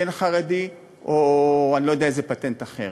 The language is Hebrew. כן חרדי או אני לא יודע איזה פטנט אחר.